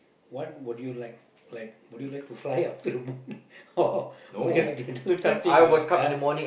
what would you like like would you like to fly up to the moon or would you like to do something or what ah